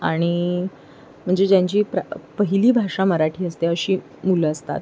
आणि म्हणजे ज्यांची प्र पहिली भाषा मराठी असते अशी मुलं असतात